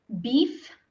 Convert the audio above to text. beef